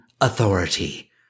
authority